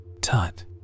Tut